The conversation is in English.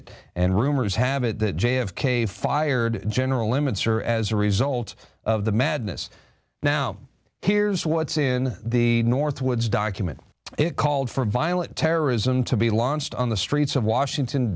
it and rumors have it that j f k fired general limits or as a result of the madness now here's what's in the northwoods document it called for violent terrorism to be launched on the streets of washington